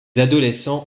adolescents